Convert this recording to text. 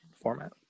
format